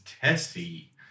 Tessie